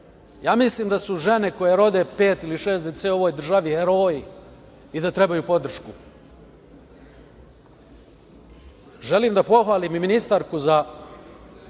Ja mislim da su žene koje rode pet ili šest dece u ovoj državi heroji i da trebaju podršku. Želim da pohvalim i ministarku koja